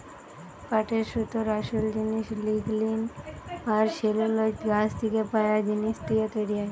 পাটের সুতোর আসোল জিনিস লিগনিন আর সেলুলোজ গাছ থিকে পায়া জিনিস দিয়ে তৈরি হয়